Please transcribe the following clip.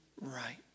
right